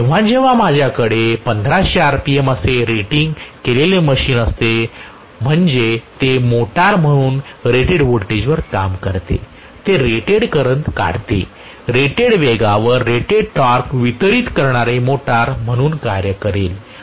म्हणून जेव्हा जेव्हा माझ्याकडे 1500 rpm असे रेटिंग केलेले मशीन असेल म्हणजे ते मोटार म्हणून रेटेड वोल्टेज वर काम करते ते रेटेड करंट काढते रेटेड वेगावर रेटेड टॉर्क वितरित करणारे मोटार म्हणून कार्य करेल